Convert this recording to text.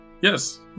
Yes